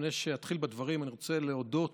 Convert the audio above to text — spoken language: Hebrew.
לפני שאתחיל בדברים אני רוצה להודות